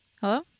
Hello